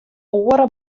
oare